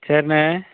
சரிண்ணே